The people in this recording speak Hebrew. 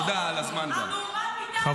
תודה גם על הזמן.